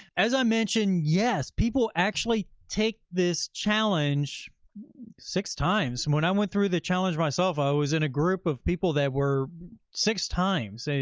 as i mentioned, yes, people actually take this challenge six times. and when i went through the challenge myself, i was in a group of people that were six times.